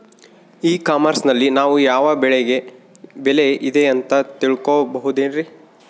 E commerce ನಲ್ಲಿ ನಾವು ಯಾವ ಬೆಳೆಗೆ ಬೆಲೆ ಇದೆ ಅಂತ ತಿಳ್ಕೋ ಬಹುದೇನ್ರಿ?